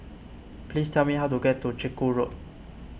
please tell me how to get to Chiku Road